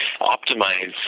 optimize